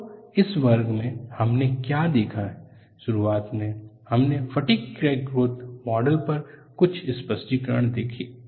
तो इस वर्ग में हमने क्या देखा है शुरुआत में हमने फटिग क्रैक ग्रोथ मॉडल पर कुछ स्पष्टीकरण देखे